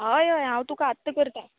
होय होय हांव तुका आत्तां करता